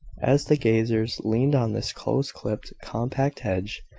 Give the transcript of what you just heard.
as the gazers leaned on this close-clipped, compact hedge,